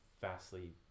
vastly